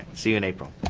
see you in april.